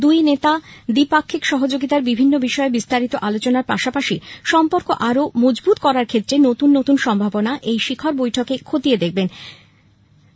দুই নেতা দ্বিপাক্ষিক সহযোগিতার বিভিন্ন বিষয়ে বিস্তারিত আলোচনার পাশাপাশি সম্পর্ক আরো মজবুত করার ক্ষেত্রে নতুন নতুন সম্ভাবনা এই শিখর বৈঠকে খতিয়ে দেখবেন